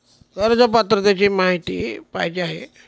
कर्ज पात्रतेची माहिती पाहिजे आहे?